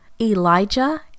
Elijah